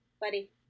Buddy